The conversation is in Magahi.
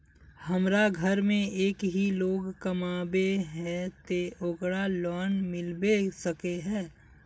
हमरा घर में एक ही लोग कमाबै है ते ओकरा लोन मिलबे सके है?